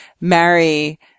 marry